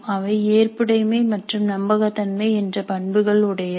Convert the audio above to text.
அவை ஏற்புடைமை மற்றும் நம்பகத்தன்மை என்ற பண்புகள் உடையது